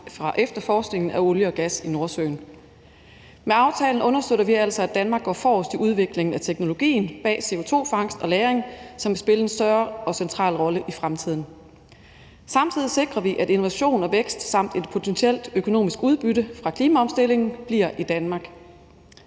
fra efterforskningen af olie og gas i Nordsøen. Med aftalen understøtter vi altså, at Danmark går forrest i udviklingen af teknologien bag CO2-fangst og -lagring, som vil spille en større og central rolle i fremtiden. Samtidig sikrer vi, at innovation og vækst samt et potentielt økonomisk udbytte fra klimaomstillingen bliver i Danmark.